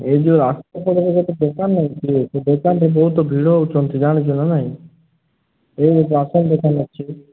ଏ ଯେଉଁ ରାସନ ଦୋକାନ ନାହିଁ ସେ ଦୋକାନଟା ବହୁତ ଭିଡ଼ ହେଉଛନ୍ତି ଜାଣିଛ ନା ନାହିଁ ଏ ରାସନ ଦୋକାନ ଅଛି